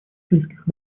сельских